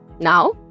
Now